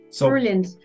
Brilliant